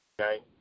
Okay